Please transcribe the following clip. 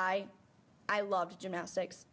i i love gymnastics